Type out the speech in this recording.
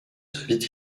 vit